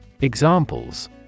Examples